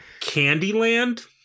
Candyland